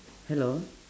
hello